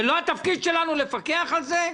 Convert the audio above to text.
זה לא התפקיד שלנו לפקח על זה?